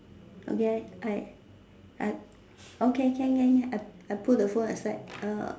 okay I I I okay can can can I I put the phone aside